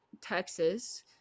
Texas